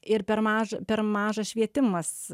ir per maža per mažas švietimas